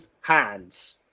hands